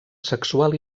sexual